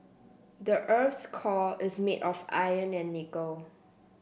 the earth's core is made of iron and nickel